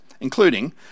including